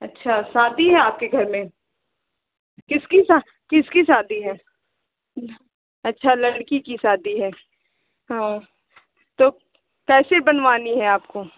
अच्छा शादी है आपके घर में किसकी सा किसकी शादी है अच्छा लड़की कि शादी है तो कैसे बनवानी है आपको